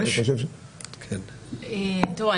תראו,